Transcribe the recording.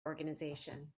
organisation